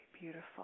beautiful